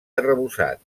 arrebossat